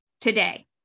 today